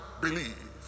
believe